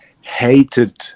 hated